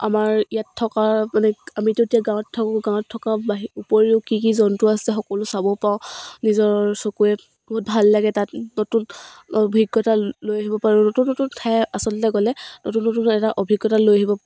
আমাৰ ইয়াত থকা মানে আমিতো এতিয়া গাঁৱত থাকোঁ গাঁৱত থকা বাহি উপৰিও কি কি জন্তু আছে সকলো চাব পাওঁ নিজৰ চকুৱে বহুত ভাল লাগে তাত নতুন অভিজ্ঞতা লৈ আহিব পাৰোঁ নতুন নতুন ঠাই আচলতে গ'লে নতুন নতুন এটা অভিজ্ঞতা লৈ আহিব